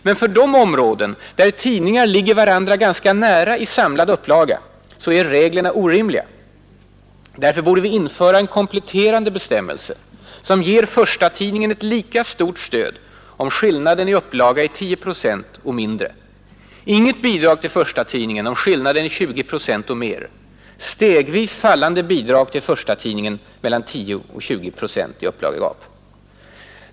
Men för de områden, där tidningar ligger varandra ganska nära i samlad upplaga, är reglerna orimliga. Därför borde vi införa en kompletterande bestämmelse som ger förstatidningen ett lika stort stöd om skillnaden i upplaga är 10 procent och mindre, inget bidrag till förstatidningen om skillnaden är 20 procent och mer, stegvis fallande bidrag till förstatidningen mellan 10 och 20 procent i upplagegap.